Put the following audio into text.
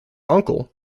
uncle